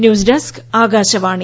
news desk Akashvani